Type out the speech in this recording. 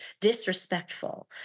disrespectful